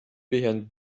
behind